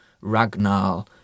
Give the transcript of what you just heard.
Ragnar